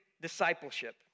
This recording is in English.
discipleship